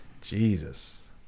jesus